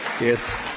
Yes